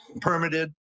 permitted